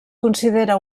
considera